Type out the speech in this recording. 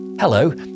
Hello